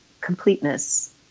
completeness